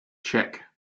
check